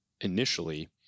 initially